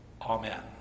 Amen